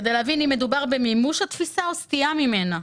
כדי לבין אם מדובר במימוש התפיסה או סטייה ממנה.